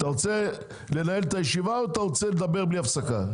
אתה רוצה לנהל את הישיבה או שאתה רוצה לדבר בלי הפסקה.